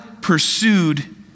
pursued